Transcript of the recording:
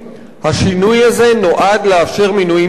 השינוי הזה נועד לאשר מינויים פוליטיים.